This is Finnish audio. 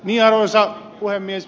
arvoisa puhemies